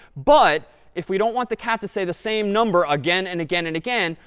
but if we don't want the cat to say the same number again and again and again,